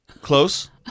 Close